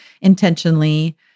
intentionally